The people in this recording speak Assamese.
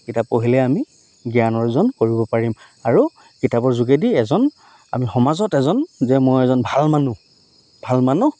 কিতাপ পঢ়িলে আমি জ্ঞান অৰ্জন কৰিব পাৰিম আৰু কিতাপৰ যোগেদি এজন আমি সমাজত এজন যে মই এজন ভাল মানুহ ভাল মানুহ